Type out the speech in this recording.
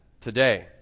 today